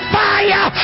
fire